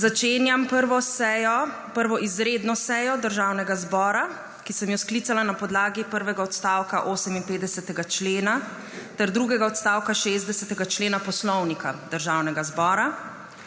Začenjam 1. izredno sejo Državnega zbora, ki sem jo sklicala na podlagi prvega odstavka 58. člena ter drugega odstavka 60. člena Poslovnika Državnega zbora.